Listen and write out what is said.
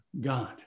God